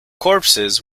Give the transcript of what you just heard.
corpses